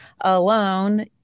alone